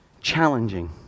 challenging